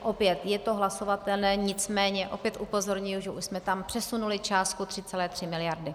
Opět je to hlasovatelné, nicméně opět upozorňuji, že už jsme tam přesunuli částku 3,3 mld.